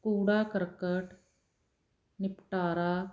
ਕੂੜਾ ਕਰਕਟ ਨਿਪਟਾਰਾ